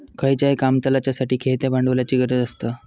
खयचाय काम चलाच्यासाठी खेळत्या भांडवलाची गरज आसता